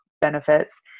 benefits